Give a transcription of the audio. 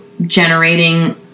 generating